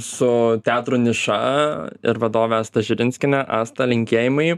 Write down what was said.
su teatro niša ir vadove asta širinskiene asta linkėjimai